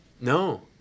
No